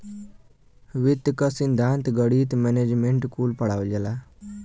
वित्त क सिद्धान्त, गणित, मैनेजमेंट कुल पढ़ावल जाला